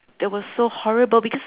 that was so horrible because